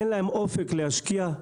אין להם אופק להשקיע,